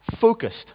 focused